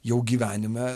jau gyvenime